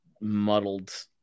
muddled